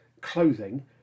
clothing